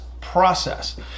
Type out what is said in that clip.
process